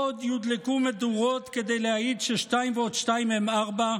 עוד יודלקו מדורות כדי להעיד ששתיים ועוד שתיים הם ארבע,